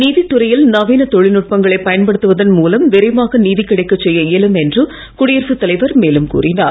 நீதித்துறையில் நவீன தொழில்நுட்பங்களை பயன்படுத்துவதன் மூலம் விரைவாக நீதி கிடைக்க செய்ய இயலும் என்று குடியரசுத் தலைவர் மேலும் கூறினார்